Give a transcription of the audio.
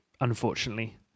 unfortunately